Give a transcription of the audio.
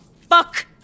fuck